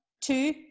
Two